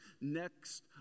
next